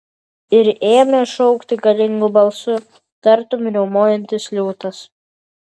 ir ėmė šaukti galingu balsu tartum riaumojantis liūtas